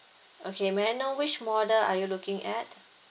okay may I know which model are you looking at